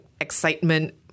excitement